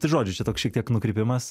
tai žodžiu čia toks šiek tiek nukrypimas